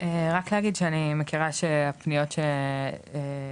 רק להגיד שאני מכירה שהפניות שהגיעו